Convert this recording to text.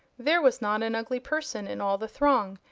there was not an ugly person in all the throng,